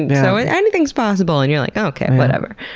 but so and anything's possible! and you're like, okay, whatever.